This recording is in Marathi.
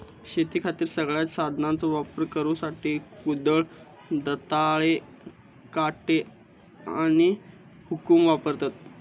शेतीखातीर सगळ्यांत साधनांचो वापर करुसाठी कुदळ, दंताळे, काटे आणि हुकुम वापरतत